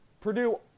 Purdue